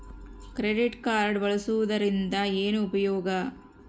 Credit card ಬಳಸುವದರಿಂದ ಏನು ಉಪಯೋಗ?